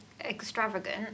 extravagant